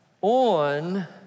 on